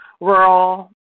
rural